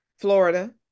Florida